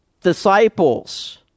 disciples